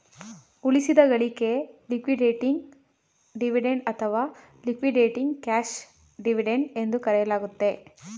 ಉಳಿಸಿದ ಗಳಿಕೆ liquidating dividend ಅಥವಾ ಲಿಕ್ವಿಡೇಟಿಂಗ್ ಕ್ಯಾಶ್ ಡಿವಿಡೆಂಡ್ ಎಂದು ಕರೆಯಲಾಗುತ್ತೆ